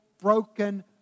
broken